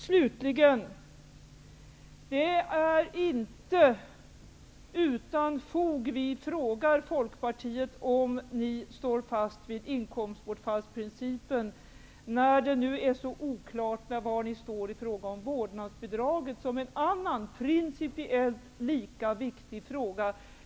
Slutligen är det inte utan fog som vi frågar er i Folkpartiet om ni står fast vid inkomstbortfallsprincipen, när det är så oklart var ni står i fråga om vårdnadsbidraget, som är en annan principiellt lika viktig fråga.